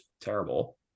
terrible